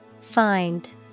Find